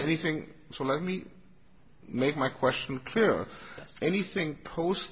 anything so let me make my question clear anything post